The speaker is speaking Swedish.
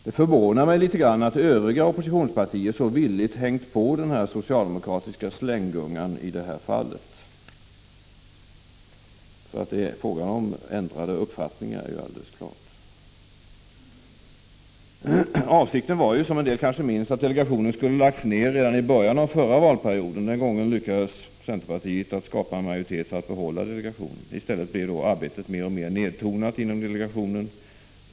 Det förvånar mig litet att de övriga oppositionspartierna så villigt hängt på den socialdemokratiska slänggungan i det här fallet. Att det är fråga om ändrad uppfattning är alldeles klart. Avsikten var, som en del kanske minns, att delegationen skulle läggas ner redan i början av förra valperioden. Den gången lyckades centerpartiet att skapa majoritet för att behålla delegationen. I stället blev arbetet mer och mer nertonat inom delegationen.